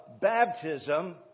baptism